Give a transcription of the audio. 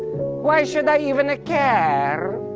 why should i even care?